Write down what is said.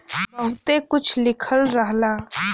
बहुते कुछ लिखल रहला